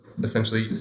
essentially